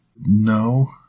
No